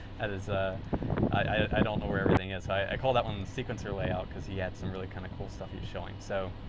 and ah i don't know where everything is. i call that one sequencer layout because he had some really kind of cool stuff he was showing. so,